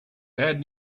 bad